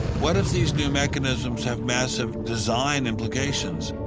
what if these new mechanisms have massive design implications?